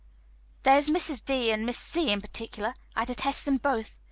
there is mrs. d. and miss c. in particular. i detest them both.